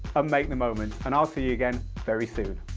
um make the moments, and i'll see you again very soon.